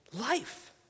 life